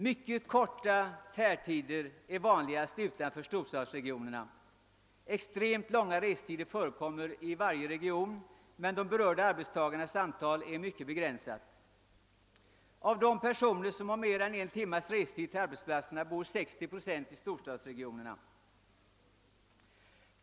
Mycket korta färdtider är vanligast utanför storstadsregionerna. Extremt långa restider förekommer i varje region, men de berörda arbetstagarnas antal är mycket begränsat, Av de personer som har mer än en timmes restid till arbetsplatserna bor 60 procent i storstadsregionerna.